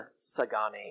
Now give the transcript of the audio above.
Sagani